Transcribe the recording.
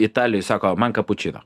italijoj sako man kapučino